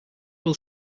will